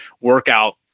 workout